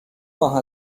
ماه